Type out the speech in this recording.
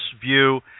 view